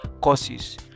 courses